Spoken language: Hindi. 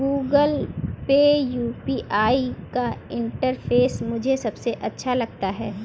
गूगल पे यू.पी.आई का इंटरफेस मुझे सबसे अच्छा लगता है